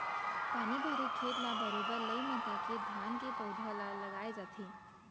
पानी भरे खेत ल बरोबर लई मता के धान के पउधा ल लगाय जाथे